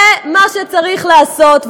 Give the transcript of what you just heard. זה מה שצריך לעשות.